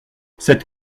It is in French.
cette